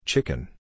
Chicken